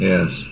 Yes